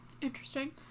Interesting